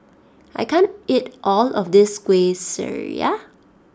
I can't eat all of this Kueh Syara